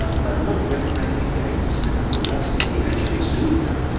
but not recognizing the existence of the wall city and trees doing that.